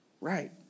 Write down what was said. Right